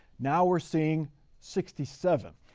now we're seeing sixty seven.